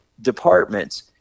departments